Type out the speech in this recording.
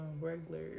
regular